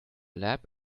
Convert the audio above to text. lab